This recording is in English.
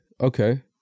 Okay